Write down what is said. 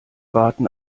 warten